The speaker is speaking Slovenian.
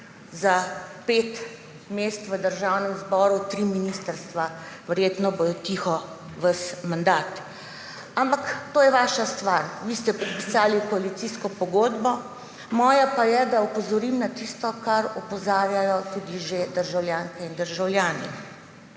Za pet mest v Državnem zboru tri ministrstva. Verjetno bodo tiho ves mandat. Ampak to je vaša stvar, vi ste podpisali koalicijsko pogodbo, moja pa je, da opozorim na tisto, na kar opozarjajo tudi že državljanke in državljani.